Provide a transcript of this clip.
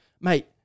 mate